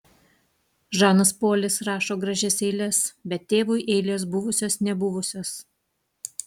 žanas polis rašo gražias eiles bet tėvui eilės buvusios nebuvusios